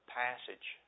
passage